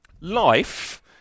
Life